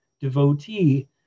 devotee